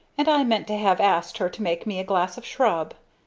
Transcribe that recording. and i meant to have asked her to make me a glass of shrub!